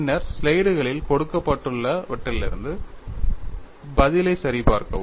பின்னர் ஸ்லைடுகளில் கொடுக்கப்பட்டுள்ள வற்றிலிருந்து பதிலைச் சரிபார்க்கவும்